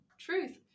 truth